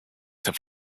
had